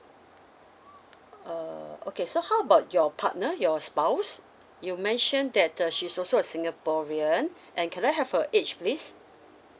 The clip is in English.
uh okay so how about your partner your spouse you mentioned that uh she also a singaporean and can I have her age please